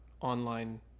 online